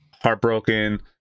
heartbroken